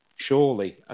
surely